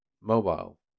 Mobile